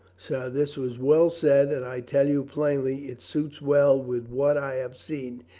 sir, this was well said and i tell you plainly it suits well with what i have seen.